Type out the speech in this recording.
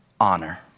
honor